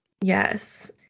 yes